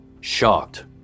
Shocked